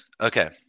okay